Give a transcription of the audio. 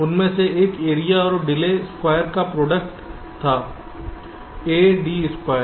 उनमें से एक एरिया और डिले स्क्वायर का प्रोडक्ट था a d स्क्वायर